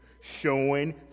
showing